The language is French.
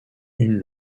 une